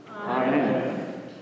Amen